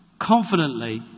confidently